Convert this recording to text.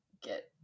get